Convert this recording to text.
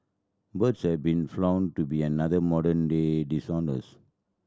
birds have been to be another modern day dishonest